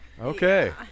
Okay